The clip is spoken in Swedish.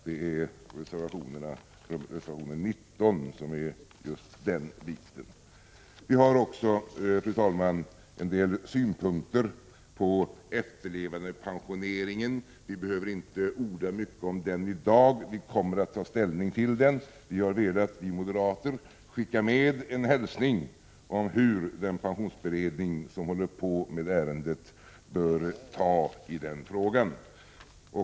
Den biten behandlas i reservation 19. Fru talman! Vi har också en del synpunkter på efterlevandepensioneringen, men vi behöver inte orda mycket om den i dag. Vi kommer senare att ta ställning till den och vi moderater har velat skicka med en hälsning om hur den pensionsberedning som håller på med ärendet bör ta i den frågan.